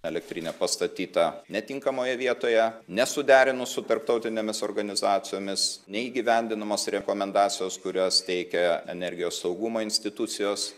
elektrinė pastatyta netinkamoje vietoje nesuderinus su tarptautinėmis organizacijomis neįgyvendinamos rekomendacijos kurias teikia energijos saugumo institucijos